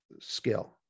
skill